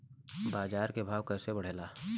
बाजार के भाव कैसे बढ़े ला?